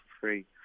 free